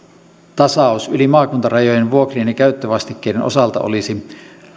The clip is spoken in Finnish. yli maakuntarajojen olisi vuokrien ja käyttövastikkeiden osalta